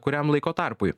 kuriam laiko tarpui